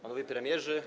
Panowie Premierzy!